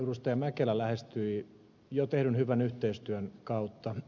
jukka mäkelä lähestyi jo tehdyn hyvän yhteistyön kautta